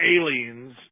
aliens